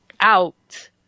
out